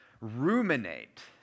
Ruminate